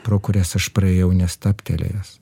pro kurias aš praėjau nestabtelėjęs